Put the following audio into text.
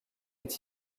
est